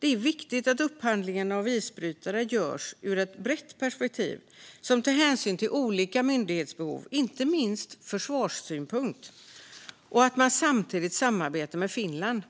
Det är viktigt att upphandlingen av isbrytare görs ur ett brett perspektiv som tar hänsyn till olika myndighetsbehov, inte minst från försvarssynpunkt, och att man samtidigt samarbetar med Finland.